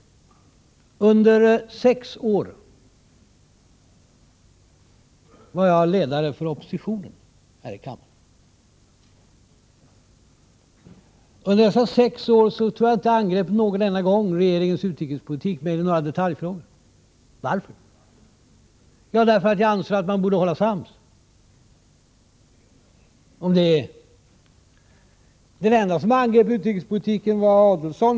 Under sex år var jag ledare för oppositionen här i kammaren. Jag tror att jag under dessa sex år inte någon enda gång angrep regeringens utrikespolitik mer än i några detaljfrågor. Varför? Jo, därför att jag ansåg att man borde hålla sams. Den ende som angrep utrikespolitiken då var Ulf Adelsohn.